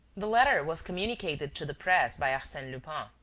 the letter was communicated to the press by arsene lupin.